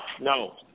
No